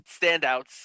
standouts